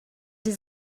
his